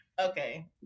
Okay